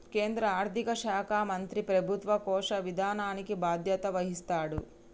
కేంద్ర ఆర్థిక శాఖ మంత్రి ప్రభుత్వ కోశ విధానానికి బాధ్యత వహిస్తాడు